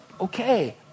okay